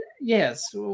yes